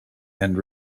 and